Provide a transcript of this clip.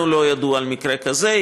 לנו לא ידוע על מקרה כזה.